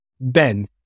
Ben